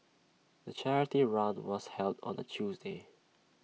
the charity run was held on A Tuesday